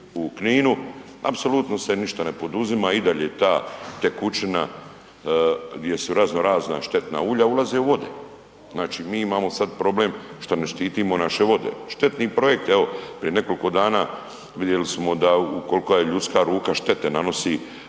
u Kninu apsolutno se ništa ne poduzima idalje ta tekućina gdje su razno razna štetna ulja, ulaze u vode. Znači, mi imamo sad problem šta ne štitimo naše vode. Štetni projekti, evo prije nekoliko dana vidjeli smo da, u kolka je ljudska ruka štete nanosi,